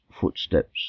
footsteps